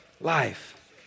life